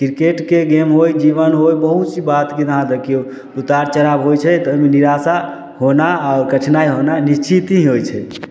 क्रिकेटके गेम होइ जीबन होइ बहुत सी बात जेना देखियौ उतार चढ़ाब होइ छै तऽ अयमे निराशा होना और कठिनाइ होना निश्चित ही होइ छै